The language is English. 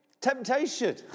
temptation